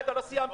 הם פה.